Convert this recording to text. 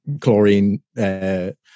chlorine-